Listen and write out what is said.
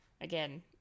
again